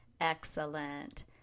Excellent